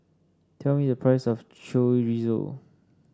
tell me the price of Chorizo